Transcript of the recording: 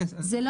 זה לא